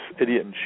idiot